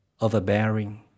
overbearing